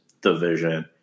division